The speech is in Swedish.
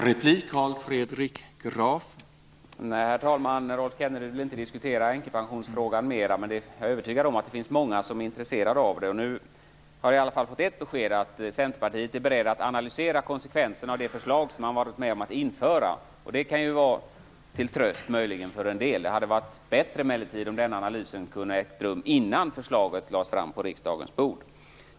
Herr talman! Rolf Kenneryd vill inte diskutera änkepensionsfrågan mera, men jag är övertygad om att det finns många som är intresserade av det. Nu har jag i alla fall fått ett besked - Centerpartiet är berett att analysera konsekvenserna av det förslag som man varit med om att införa. Det kan möjligen vara till tröst för en del. Det hade emellertid varit bättre om denna analys hade ägt rum innan förslaget lades fram på riksdagens bord.